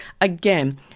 again